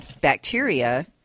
bacteria